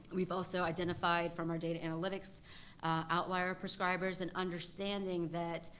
we've also identified from our data analytics outlier prescribers and understanding that